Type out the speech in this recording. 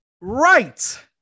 right